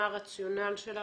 מה הרציונל שלה